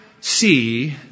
see